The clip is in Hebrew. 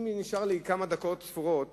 אם נשארו לי כמה דקות ספורות